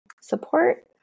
support